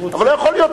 אבל לא יכול להיות.